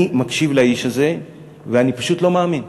אני מקשיב לאיש הזה ואני פשוט לא מאמין.